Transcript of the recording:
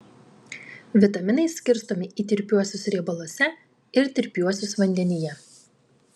vitaminai skirstomi į tirpiuosius riebaluose ir tirpiuosius vandenyje